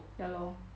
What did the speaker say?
ya lor